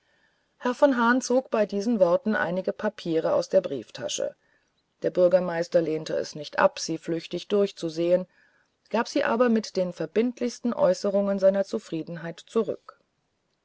herr von hahn zog bei diesen worten einige papiere aus der brieftasche der bürgermeister lehnte es nicht ab sie flüchtig durchzusehen gab sie aber mit den verbindlichsten äußerungen seiner zufriedenheit zurück